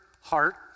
heart